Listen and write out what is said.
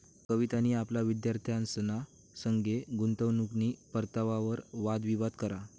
कवितानी आपला विद्यार्थ्यंसना संगे गुंतवणूकनी परतावावर वाद विवाद करा